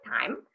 time